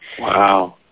Wow